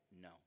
no